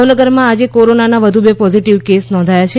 ભાવનગરમાં આજે કોરોનાનાં વધુ બે પોઝીટીવ કેસ નોંઘાયા છે